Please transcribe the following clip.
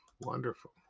wonderful